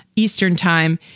eastern time,